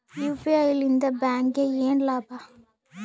UPI ಲಿಂದ ಬ್ಯಾಂಕ್ಗೆ ಏನ್ ಲಾಭ?